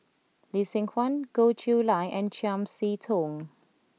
Lee Seng Huat Goh Chiew Lye and Chiam See Tong